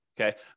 Okay